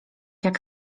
jak